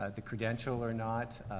ah the credential or not,